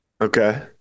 Okay